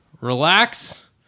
relax